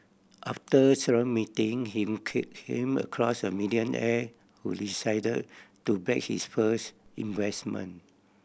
after several meeting him could him across a billionaire who decided to back his first investment